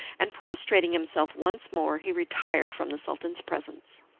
and prostrating himself once more, he retired from the sultan's presence.